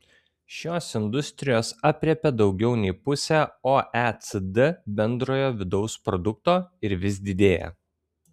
šios industrijos aprėpia daugiau nei pusę oecd bendrojo vidaus produkto ir vis didėja